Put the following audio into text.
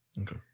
Okay